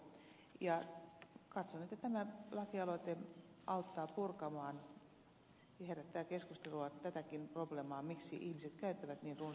katson että tämä lakialoite auttaa purkamaan tätäkin probleemaa ja herättää keskustelua miksi ihmiset käyttävät niin runsaasti alkoholia